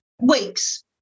Weeks